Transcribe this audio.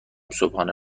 صبحانه